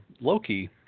Loki